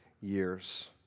years